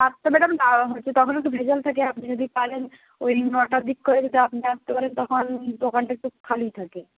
আচ্ছা ম্যাডাম হচ্ছে তখনও তো ভেজাল থাকে আপনি যদি পারেন ওই নটার দিক করে যদি আপনি আসতে পারেন তখন দোকানটা একটু খালি থাকে